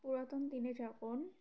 পুরাতন দিনে যাপন